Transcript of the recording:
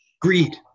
Greed